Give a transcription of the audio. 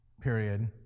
period